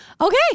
Okay